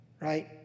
Right